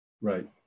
Right